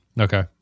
Okay